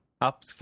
Up